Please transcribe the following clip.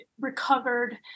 recovered